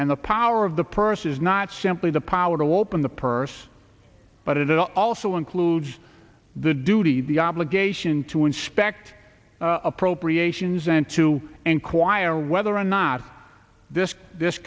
and the power of the purse is not simply the power to warp on the purse but it also includes the duty the obligation to inspect appropriations and to inquire whether or not this this